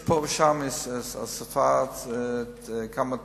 פה ושם הוספו כמה תקנים,